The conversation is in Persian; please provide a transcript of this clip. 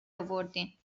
آوردین